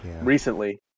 recently